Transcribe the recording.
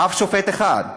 אף שופט אחד.